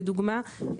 לדוגמה,